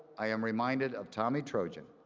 i am reminded of tommy trojan,